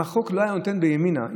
אם החוק היה נותן בימינה,